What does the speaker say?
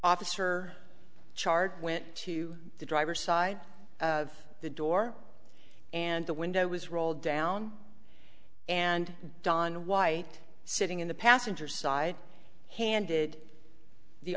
officer chart went to the driver side of the door and the window was rolled down and don white sitting in the passenger side handed the